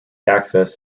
access